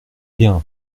bien